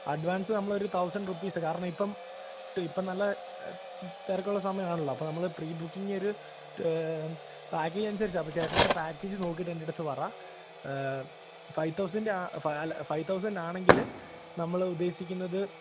advance നമ്മളൊരു thousand rupees കാരണം ഇപ്പം ഇപ്പം നല്ല തിരക്കുളള സമയമാണല്ലോ അപ്പോള് നമ്മള് പ്രീ ബുക്കിങ്ങോരു പാക്കേജ് അനുസരിച്ചാണ് അപ്പോള് ചേട്ടൻ്റെ പാക്കേജ് നോക്കിയിട്ട് എൻ്റെയടുത്ത് പറയൂ ഫൈവ് തൗസൻഡ് അല്ല ഫൈവ് തൗസൻഡാണെങ്കില് നമ്മള് ഉദേശിക്കുന്നത്